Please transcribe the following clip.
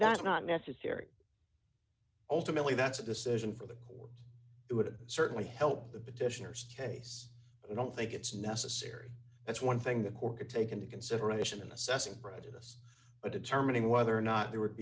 that not necessary ultimately that's a decision for the call it would certainly help the petitioner's case i don't think it's necessary that's one thing the court could take into consideration in assessing prejudice a determining whether or not there would